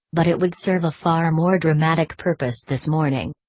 but it would serve a far more dramatic purpose this morning.